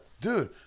Dude